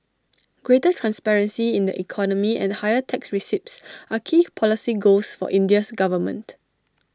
greater transparency in the economy and higher tax receipts are key policy goals for India's government